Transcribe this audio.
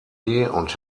und